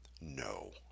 No